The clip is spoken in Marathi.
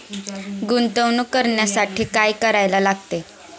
गुंतवणूक करण्यासाठी काय करायला लागते?